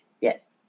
Yes